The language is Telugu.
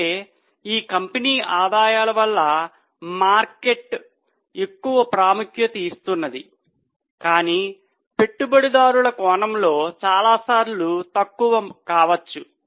అంటే ఈ కంపెనీ ఆదాయాలు వల్ల మార్కెట్ ఎక్కువ ప్రాముఖ్యత ఇస్తున్నది కానీ పెట్టుబడిదారులు కోణంలో చాలాసార్లు తక్కువ మంచిది కావచ్చు